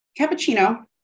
cappuccino